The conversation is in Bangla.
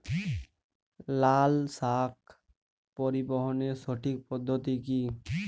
লালশাক পরিবহনের সঠিক পদ্ধতি কি?